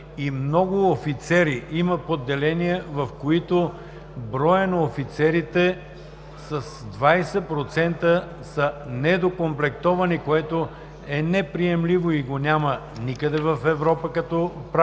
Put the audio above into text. и много офицери. Има поделения, в които броят на офицерите е 20% недокомплектован, което е неприемливо и го няма никъде в Европа като практика.